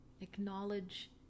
acknowledge